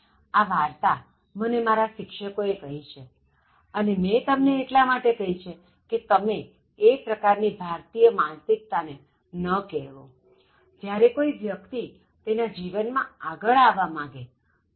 આ વાર્તા મને મારા શિક્ષકો એ કહી છે અને તમને એટલા માટે કહી કે તમે એ પ્રકાર ની ભારતીય માનસિકતા ન કેળવો જ્યારે કોઇ વ્યક્તિ તેના જીવનમાં આગળ આવવા માગે દા